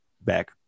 back